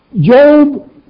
Job